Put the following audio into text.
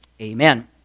Amen